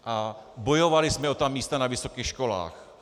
A bojovali jsme o ta místa na vysokých školách.